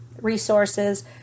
resources